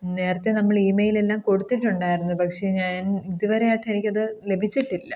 നേരത്തെ നമ്മൾ ഇമെയിൽ എല്ലാം കൊടുത്തിട്ടുണ്ടായിരുന്നു പക്ഷേ ഞാൻ ഇതുവരെയായിട്ടും എനിക്കത് ലഭിച്ചിട്ടില്ല